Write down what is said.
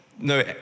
No